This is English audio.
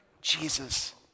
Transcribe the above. Jesus